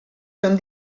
són